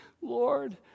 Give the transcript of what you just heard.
Lord